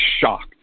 shocked